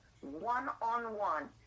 one-on-one